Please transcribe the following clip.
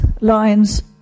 lines